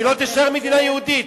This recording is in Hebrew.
כי לא תישאר מדינה יהודית,